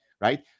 right